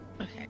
Okay